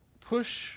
push